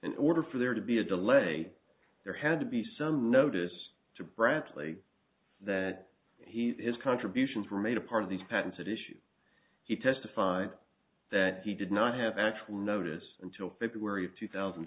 in order for there to be a delay there had to be some notice to brantley that he is contributions were made a part of these patents at issue he testified that he did not have actual notice until february of two thousand